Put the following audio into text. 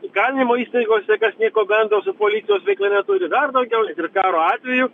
įkalinimo įstaigose kas nieko bendro su policijos veikla neturi dar daugiau net ir karo atveju